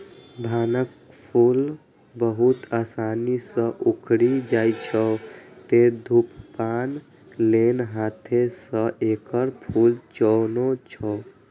भांगक फूल बहुत आसानी सं उखड़ि जाइ छै, तें धुम्रपान लेल हाथें सं एकर फूल चुनै छै